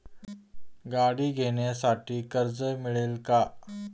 गाडी घेण्यासाठी कर्ज मिळेल का?